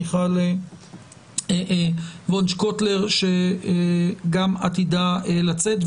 נשמע גם את חברת הכנסת לשעבר מיכל וונש קוטלר שגם היא עתידה לצאת.